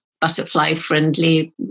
butterfly-friendly